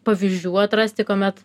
pavyzdžių atrasti kuomet